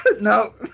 No